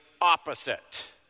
opposite